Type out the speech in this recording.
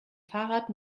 fahrrad